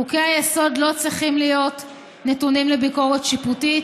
חוקי-היסוד לא צריכים להיות נתונים לביקורת שיפוטית.